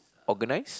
organise